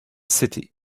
city